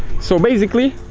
so, basically